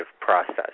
process